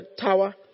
Tower